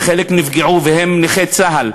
וחלק נפגעו והם נכי צה"ל,